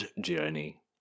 Journey